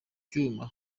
byuma